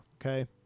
okay